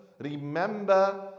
remember